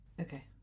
Okay